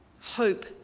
hope